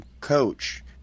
coach